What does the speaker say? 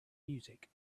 music